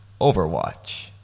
Overwatch